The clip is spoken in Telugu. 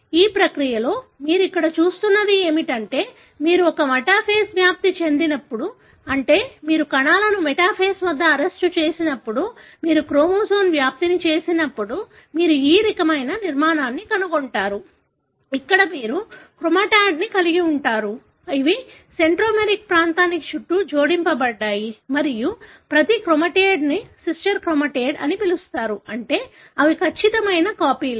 కాబట్టి ఈ ప్రక్రియలో మీరు ఇక్కడ చూస్తున్నది ఏమిటంటే మీరు ఒక మెటాఫేస్ వ్యాప్తి చేసినప్పుడు అంటే మీరు కణాలను మెటాఫేస్ వద్ద అరెస్టు చేసినప్పుడు మీరు క్రోమోజోమ్ వ్యాప్తిని చేసినప్పుడు మీరు ఈ రకమైన నిర్మాణాన్ని కనుగొంటారు ఇక్కడ మీరు క్రోమాటిడ్ను కలిగి ఉంటాయి ఇవి సెంట్రోమెరిక్ ప్రాంతం చుట్టూ జోడించ బడ్డాయి మరియు ప్రతి క్రోమాటిడ్ను సిస్టర్ క్రోమాటిడ్ అని పిలుస్తారు అంటే అవి ఖచ్చితమైన కాపీలు